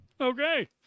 Okay